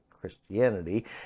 Christianity